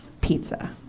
pizza